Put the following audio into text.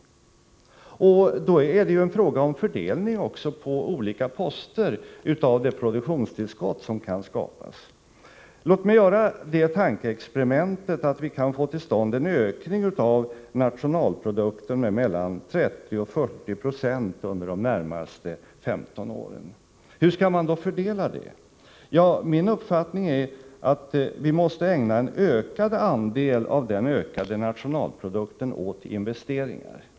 Då är det ju också en fråga om fördelningen på olika poster av det produktionstillskott som kan skapas. Låt mig göra det tankeexperimentet att vi kan få en ökning av nationalprodukten med mellan 30 och 40 96 under de närmaste 15 åren. Hur skall man då fördela den? Min uppfattning är att vi måste ägna en ökad andel av den ökade nationalprodukten åt investeringar.